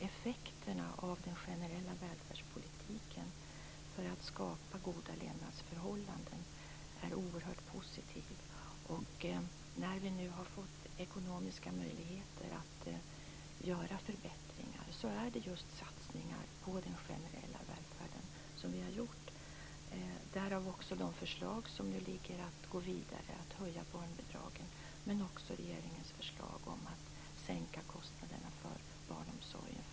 Effekterna av den generella välfärdspolitiken för att skapa goda levnadsförhållanden är alltså oerhört positiva. När vi nu har fått ekonomiska möjligheter att göra förbättringar har vi också gjort just satsningar på den generella välfärden. Därav kommer också de förslag om att gå vidare och höja barnbidragen som nu föreligger, men också regeringens förslag om att sänka kostnaderna för barnomsorgen för barnfamiljerna.